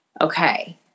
okay